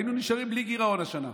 היינו נשארים בלי גירעון השנה.